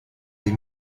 des